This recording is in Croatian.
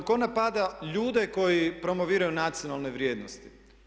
Tko napada ljude koji promoviraju nacionalne vrijednosti?